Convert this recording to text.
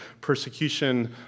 persecution